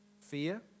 Fear